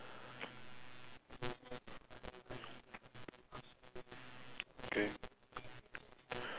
okay